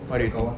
what do you think